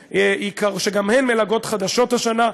שגם הן מלגות חדשות השנה,